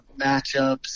matchups